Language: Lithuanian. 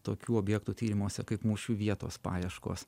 tokių objektų tyrimuose kaip mūšių vietos paieškos